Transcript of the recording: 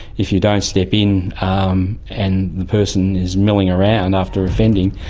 if you don't step in um and the person is milling around after offending,